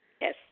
Yes